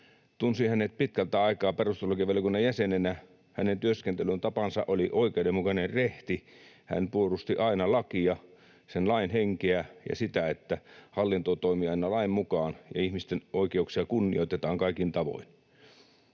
Tunsin hänet pitkältä aikaa ollessani perustuslakivaliokunnan jäsen. Hänen työskentelytapansa oli oikeudenmukainen ja rehti. Hän puolusti aina lakia, sen lain henkeä ja sitä, että hallinto toimii aina lain mukaan ja ihmisten oikeuksia kunnioitetaan kaikin tavoin.